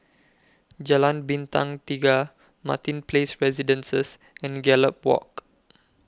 Jalan Bintang Tiga Martin Place Residences and Gallop Walk